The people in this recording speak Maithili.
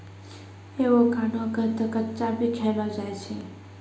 एवोकाडो क तॅ कच्चा भी खैलो जाय छै